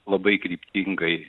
labai kryptingai